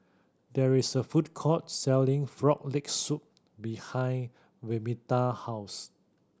there's a food court selling Frog Leg Soup behind Vernita house